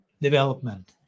development